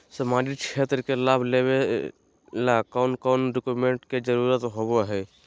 सामाजिक क्षेत्र के लाभ लेबे ला कौन कौन डाक्यूमेंट्स के जरुरत होबो होई?